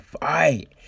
fight